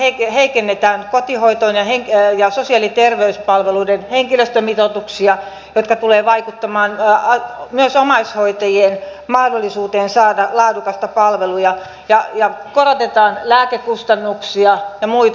samanaikaisesti heikennetään kotihoidon ja sosiaali ja terveyspalveluiden henkilöstömitoituksia jotka tulevat vaikuttamaan myös omaishoitajien mahdollisuuteen saada laadukasta palvelua ja korotetaan lääkekustannuksia ja muita